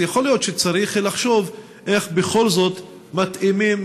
אז יכול להיות שצריך לחשוב איך בכל זאת מתאימים